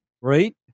right